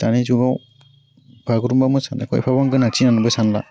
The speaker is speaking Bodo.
दानि जुगाव बागुरुम्बा मोसानायखौ एफाबां गोनांथि गोनांबो सानला